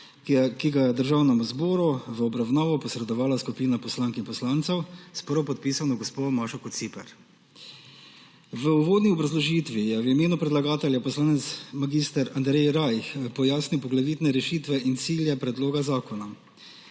ki ga je Državnemu zboru v obravnavo posredovala skupina poslank in poslancev s prvopodpisano gospo Mašo Kociper. V uvodni obrazložitvi je v imenu predlagatelja poslanec mag. Andrej Rajh pojasnil poglavitne rešitve in cilje predloga zakona.